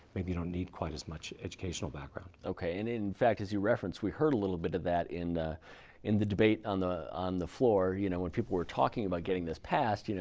maybe you don't need quite as much educational background. and in fact, as you reference, we heard a little bit of that in the in the debate on the on the floor, you know, when people were talking about getting this passed. you know